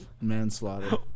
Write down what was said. Manslaughter